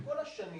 וכל השנים